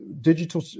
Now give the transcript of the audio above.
digital